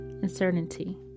uncertainty